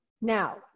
Now